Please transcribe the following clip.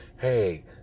Hey